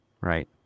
right